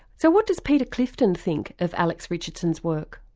so what does peter clifton think of alex richardson's work?